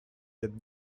that